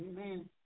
Amen